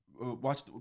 Watch